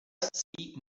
speak